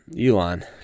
Elon